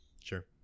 Sure